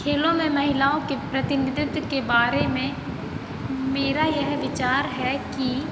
खेलों में महिलाओं के प्रति नेतृत्व के बारे में मेरा यह विचार है कि